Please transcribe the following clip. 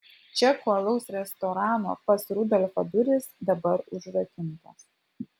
čekų alaus restorano pas rudolfą durys dabar užrakintos